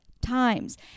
times